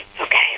Okay